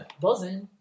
Buzzing